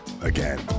again